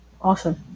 Awesome